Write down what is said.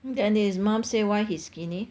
didn't his mum say why he's skinny